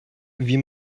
wie